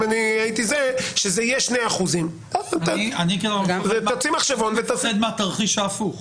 אני פוחד מהתרחיש ההפוך.